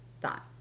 thought